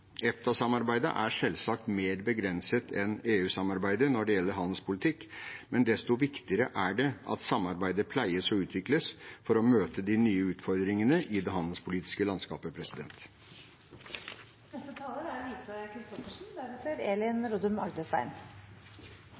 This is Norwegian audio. er selvsagt mer begrenset enn EU-samarbeidet når det gjelder handelspolitikk, men desto viktigere er det at samarbeidet pleies og utvikles for å møte de nye utfordringene i det handelspolitiske landskapet.